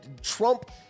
Trump